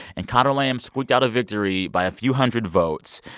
and conor lamb squeaked out a victory by a few hundred votes.